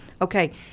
Okay